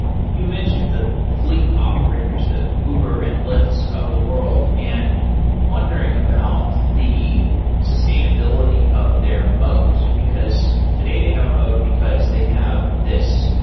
you mentioned the fleet operators, the uber and lyfts of the world and wondering about the sustainability of their moat, because today they have a moat because they have this